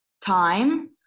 time